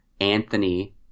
Anthony